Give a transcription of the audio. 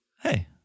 hey